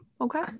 Okay